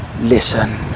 Listen